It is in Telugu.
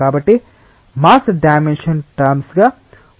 కాబట్టి మాస్ డైమెన్షన్ టర్మ్స్ గా ρ × L3